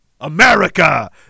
America